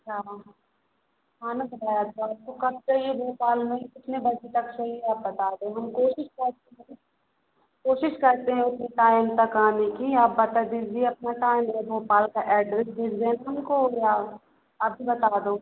अच्छा खाना दोपहर का आपको कब चाहिए भोपाल में कितने बजे तक चाहिए आप बता दें हम कोशिश कोशिश करते हैं उसी टाइम तक आने की आप बता दीजिए अपना टाइम या भोपाल का एड्रेस भेज देना हमको या अभी बता दो